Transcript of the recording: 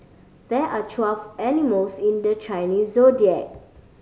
there are twelve animals in the Chinese Zodiac